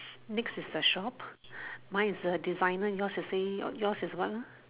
next is a shop mine is designer yours is a say yours is what ah